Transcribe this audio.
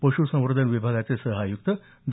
पश्संवर्धन विभागाचे सहआयुक्त डॉ